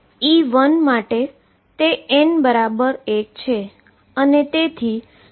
E1 માટે તે n1 છે અને તેથી તે 222mL2 થશે